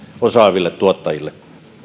osaaville tuottajille